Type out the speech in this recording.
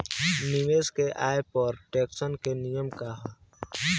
निवेश के आय पर टेक्सेशन के नियम का ह?